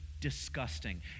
disgusting